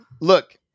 look